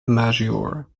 maggiore